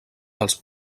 dels